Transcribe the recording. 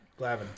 Glavin